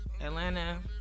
Atlanta